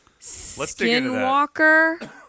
Skinwalker